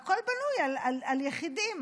והכול בנוי על יחידים.